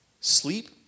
Sleep